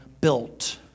built